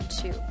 two